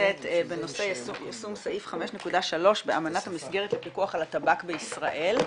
הכנסת בנושא יישום סעיף 5.3 באמנת המסגרת לפיקוח על הטבק בישראל.